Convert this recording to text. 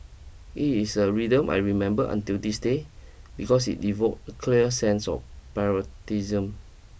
it's a rhythm I remember until this day because it evoked a clear sense of patriotism